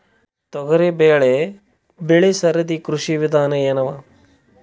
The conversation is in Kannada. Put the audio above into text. ತೊಗರಿಬೇಳೆ ಬೆಳಿ ಸರದಿ ಕೃಷಿ ವಿಧಾನ ಎನವ?